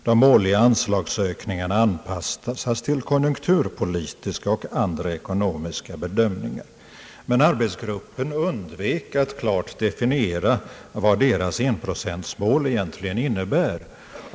De årliga anslagsökningarna anpassas till konjunkturpolitiska och andra ekonomiska bedömningar.» Men arbetsgruppen undvek att klart definiera vad folkpartiets enprocentmål egentligen innebär.